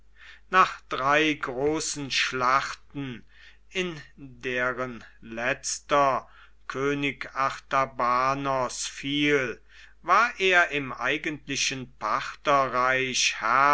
nach drei großen schlachten in deren letzter könig artabanos fiel war er im eigentlichen partherreich